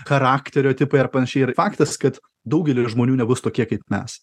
charakterio tipai ar panašiai ir faktas kad daugelis žmonių nebus tokie kaip mes